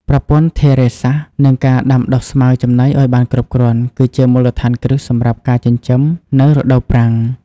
ប្រព័ន្ធធារាសាស្រ្តល្អនិងការដាំដុះស្មៅចំណីឱ្យបានគ្រប់គ្រាន់ គឺជាមូលដ្ឋានគ្រឹះសម្រាប់ការចិញ្ចឹមនៅរដូវប្រាំង។